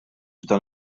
dan